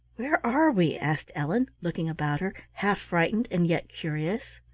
where are we? asked ellen, looking about her, half frightened and yet curious.